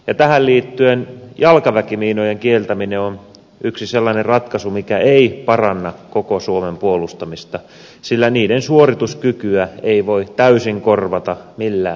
tähän liittyen jalkaväkimiinojen kieltäminen on yksi sellainen ratkaisu mikä ei paranna koko suomen puolustamista sillä niiden suorituskykyä ei voi täysin korvata millään järjestelmällä